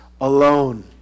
alone